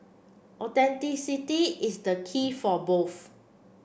authenticity is the key for both